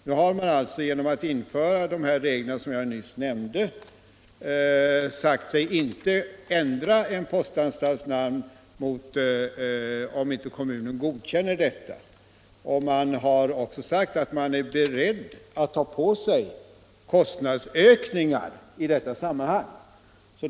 Nu har man alltså genom att införa de regler som jag nyss nämnde sagt sig inte vilja ändra en postanstalts namn, om inte kommunen godkänner ändringen. Man har också sagt att man är beredd att ta på sig kostnadsökningar i detta sammanhang.